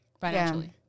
financially